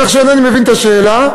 כך שאינני מבין את השאלה.